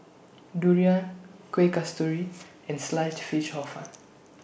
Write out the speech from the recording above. Durian Kuih Kasturi and Sliced Fish Hor Fun